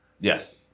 Yes